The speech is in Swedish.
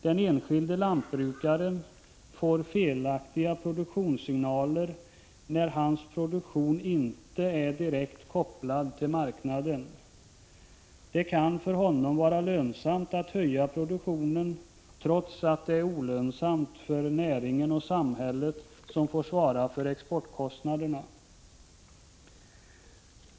Den enskilde lantbrukaren får felaktiga produktionssignaler när hans produktion inte är direkt kopplad till marknaden. Det kan för 113 honom vara lönsamt att höja produktionen trots att det är olönsamt för näringen och samhället som får svara för exportkostnaderna.